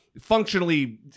functionally